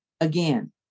again